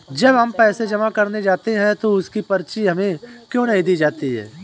जब हम पैसे जमा करने जाते हैं तो उसकी पर्ची हमें क्यो नहीं दी जाती है?